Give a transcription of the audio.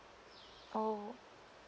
oh